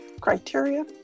criteria